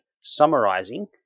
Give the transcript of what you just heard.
summarizing